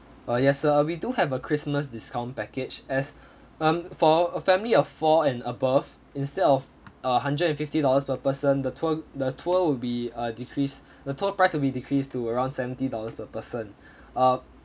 uh yes sir we do have a christmas discount package as um for a family of four and above instead of a hundred and fifty dollars per person the tour the tour will be uh decreased the tour price will be decreased to around seventy dollars per person uh